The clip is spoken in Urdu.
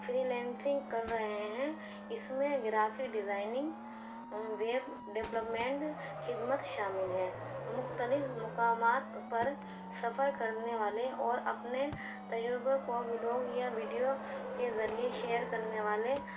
فریلانسنگ کر رہے ہیں اس میں گرافی ڈیزائننگ ویب ڈیولپمنٹ خدمت شامل ہیں مختلف مقامات پر سفر کرنے والے اور اپنے تجربوں کو ولاگ یا ویڈیو کے ذریعے شیئر کرنے والے